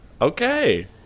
Okay